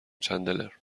چندلر